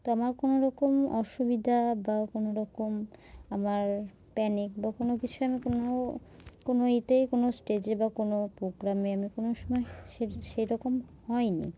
তো আমার কোনোরকম অসুবিধা বা কোনোরকম আমার প্যানিক বা কোনো কিছুই আমি কোনো কোনো ইতেই কোনো স্টেজে বা কোনো প্রোগ্রামে আমি কোনো সময় সে সেইরকম হয়নি